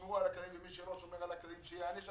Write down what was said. שישמרו על הכללים ומי שלא שומר על הכללים שייענש,